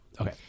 Okay